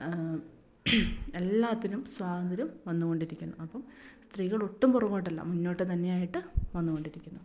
എല്ലാത്തിനും സ്വാതന്ത്ര്യം വന്നു കൊണ്ടിരിക്കുന്നു അപ്പം സ്ത്രീകൾ ഒട്ടും പുറകോട്ടല്ല മുന്നോട്ട് തന്നെയായി വന്ന് കൊണ്ടിരിക്കുന്നു